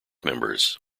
members